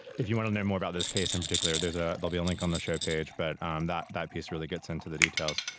if you want to know more about this case in particular there's a there'll be a link on the show page but um that that piece really gets into the details.